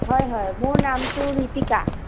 হয় হয় মোৰ নামটো ঋতিকা